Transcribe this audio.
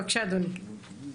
בבקשה אדוני.